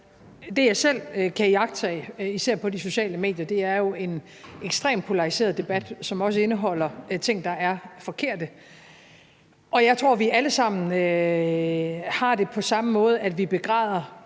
jeg jo selv kan iagttage, især på de sociale medier, er en ekstremt polariseret debat, som også indeholder ting, der er forkerte. Jeg tror, vi alle sammen har det på den samme måde, altså at vi begræder